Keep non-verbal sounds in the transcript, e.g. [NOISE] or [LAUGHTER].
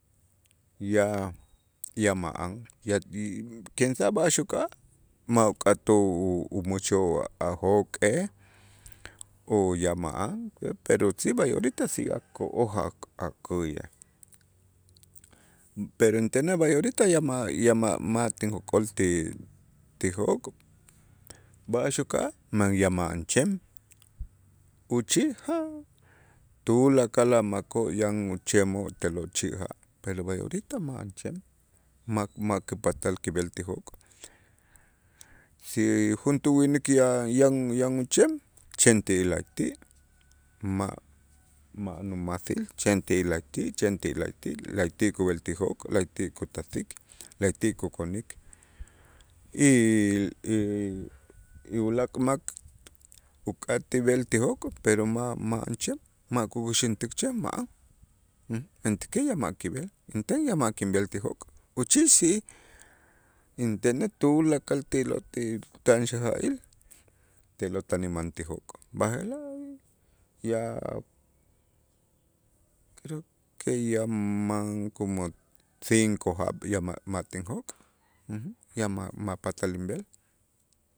ya ya ma'an ya [HESITATION] kinsaj b'a'ax uka'aj ma' uk'atoo' umuuch'oo' a' jok'ej o ya ma'an pero si b'ay orita si ako'oj ja' a' akäyej pero intenej b'ay orita ya ma' ya ma'-ma' tinjok'ol ti ti jok' b'a'ax uka'aj ma' ya ma'an chem uchij [HESITATION] tukakal a' makoo' yan uchemoo' te'lo' chi' ja' pero b'ay orita ma'an chem ma'-ma' kupatal kib'el ti jok', si juntuu winik ya- yan- yan uchem chen ti la'ayti' ma' ma' umasil chen ti la'ayti', chen ti la'ayti', la'ayti' kub'el ti jok', la'ayti' kutasik, la'ayti' kukonik y y y ulaak' mak uk'atij b'el ti jok', pero ma'an chem ma' ku'uxintik chem ma'an [HESITATION] mentäkej ya ma' kib'el, inten ya ma' kinb'el ti jok', uchij si intenej tulakal ti lot ti tan xaja'il te'lo' tan inman ti jok' b'aje'laj ya creo que ya man como cinco jaab' ya ma' tinjok' [HESITATION] ya ma'-ma' patal inb'el.